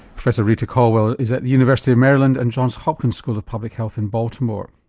professor rita colwell is at the university of maryland and johns hopkins school of public health in baltimore